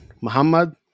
Muhammad